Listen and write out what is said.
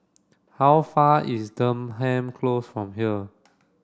how far is Denham Close from here